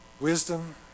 Wisdom